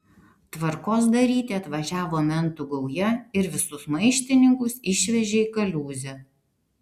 tvarkos daryti atvažiavo mentų gauja ir visus maištininkus išvežė į kaliūzę